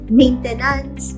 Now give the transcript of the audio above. maintenance